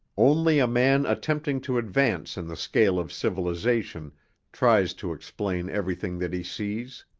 only a man attempting to advance in the scale of civilization tries to explain everything that he sees.